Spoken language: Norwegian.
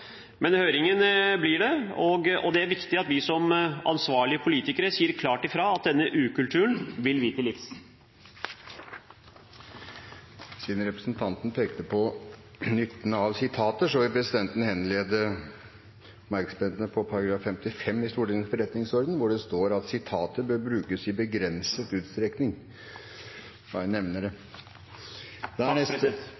Men høring blir det, og det er viktig at vi som ansvarlige politikere sier klart fra om at denne ukulturen vil vi til livs. Siden representanten pekte på nytten av sitater, vil presidenten henlede oppmerksomheten på § 55 i Stortingets forretningsorden, hvor det står: «Sitater bør bare brukes i begrenset utstrekning.» Jeg bare nevner det.